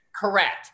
Correct